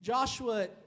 Joshua